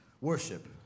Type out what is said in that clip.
Worship